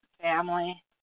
family